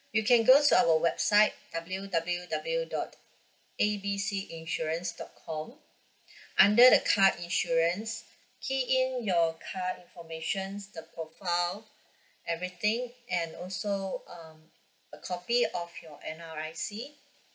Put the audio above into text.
you can go to our website W W W dot A B C insurance dot com under the car insurance key in your car information the profile everything and also um a copy of your N_R_I_C